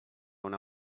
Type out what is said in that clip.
una